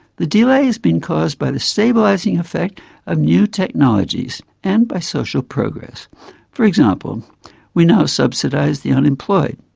the delay has been caused by the stabilising effect of new technologies and by social progress for example we now subsidise the unemployed.